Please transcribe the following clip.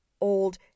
old